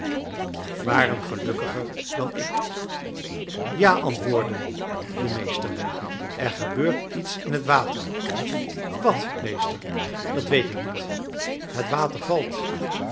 waren gelukkiger dan ik ja antwoordde de meester er gebeurt iets in het water wat meester dat weet ik niet het water valt